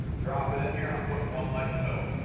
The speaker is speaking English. drop it in here, and i'm putting one light in the middle.